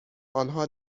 آنها